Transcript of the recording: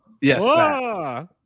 yes